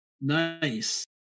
nice